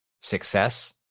success